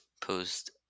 post